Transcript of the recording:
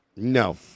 No